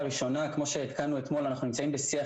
זה יהיה הדבר האחרון שהן ימלאו ואז הן יקבלו את שני